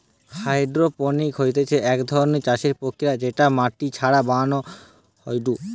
hydroponics হতিছে এক ধরণের চাষের প্রক্রিয়া যেটা মাটি ছাড়া বানানো হয়ঢু